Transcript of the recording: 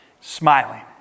smiling